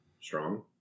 strong